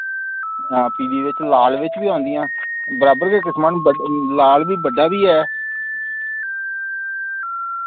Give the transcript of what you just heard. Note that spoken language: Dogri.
हां पीली विच लाल विच वि औंदियां बराबर गै किस्मां न लाल वि बड्डा वि ऐ